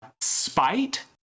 Spite